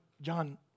John